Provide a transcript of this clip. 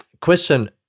Question